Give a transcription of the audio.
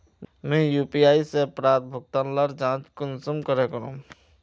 मुई यु.पी.आई से प्राप्त भुगतान लार जाँच कुंसम करे करूम?